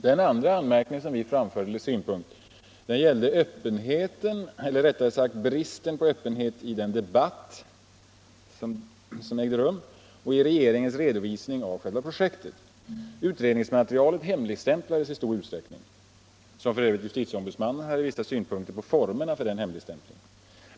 Vår andra anmärkning gällde öppenheten eller rättare bristen på öppenhet i debatten och i regeringens redovisning av projektet. Utredningsmaterialet hemligstämplades i stor utsträckning. JO hade f. ö. vissa synpunkter på formerna för denna hemligstämpling.